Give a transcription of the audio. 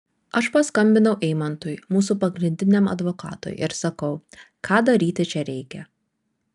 aš paskambinau eimantui mūsų pagrindiniam advokatui ir sakau ką daryti čia reikia